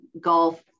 golf